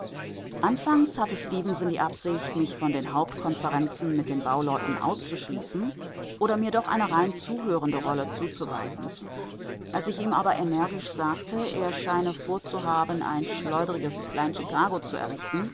anfangs hatte stefenson die absicht mich von den hauptkonferenzen mit den bauleuten auszuschließen oder mir doch eine rein zuhörende rolle zuzuweisen als ich ihm aber energisch sagte er scheine vorzuhaben ein schleudriges klein chicago zu errichten